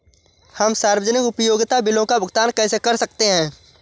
हम सार्वजनिक उपयोगिता बिलों का भुगतान कैसे कर सकते हैं?